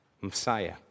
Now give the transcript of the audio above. Messiah